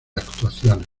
actuaciones